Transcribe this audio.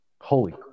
Holy